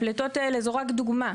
הפליטות האלה זו רק דוגמה,